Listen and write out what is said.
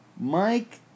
Mike